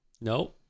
No